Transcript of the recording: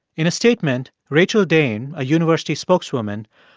in a statement, rachael dane, a university spokeswoman,